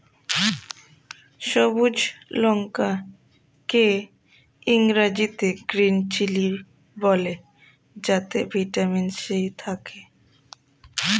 সবুজ লঙ্কা কে ইংরেজিতে গ্রীন চিলি বলে যাতে ভিটামিন সি থাকে